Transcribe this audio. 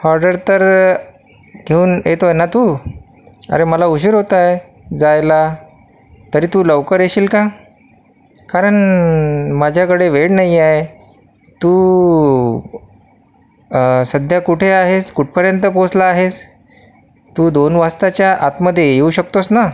order तर घेऊन येतो आहे ना तू अरे मला उशीर होत आहे जायला तरी तू लवकर येशील का कारण माझ्याकडे वेळ नाही आहे तू सध्या कुठे आहेस कुठपर्यंत पोचला आहेस तू दोन वाजताच्या आतमध्ये येऊ शकतोस ना